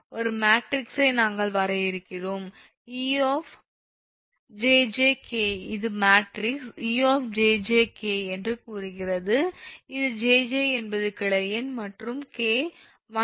ஒரு மேட்ரிக்ஸை நாங்கள் வரையறுக்கிறோம் 𝑒 𝑗𝑗 𝑘 இது மேட்ரிக்ஸ் 𝑒 𝑗𝑗 𝑘 என்று கூறுகிறது இங்கு 𝑗𝑗 என்பது கிளை எண் மற்றும் 𝑘 12